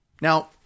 Now